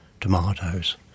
tomatoes